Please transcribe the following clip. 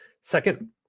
Second